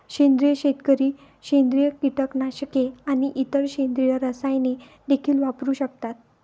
सेंद्रिय शेतकरी सेंद्रिय कीटकनाशके आणि इतर सेंद्रिय रसायने देखील वापरू शकतात